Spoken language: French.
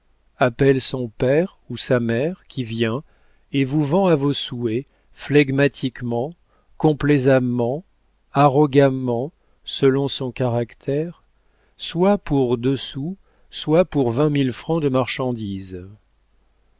appelle son père ou sa mère qui vient et vous vend à vos souhaits flegmatiquement complaisamment arrogamment selon son caractère soit pour deux sous soit pour vingt mille francs de marchandise